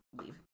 leave